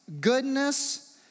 goodness